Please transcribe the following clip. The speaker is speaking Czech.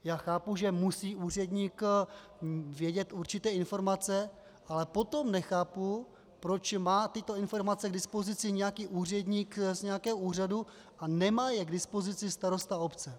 Já chápu, že musí úředník vědět určité informace, ale potom nechápu, proč má tyto informace k dispozici nějaký úředník z nějakého úřadu a nemá je k dispozici starosta obce.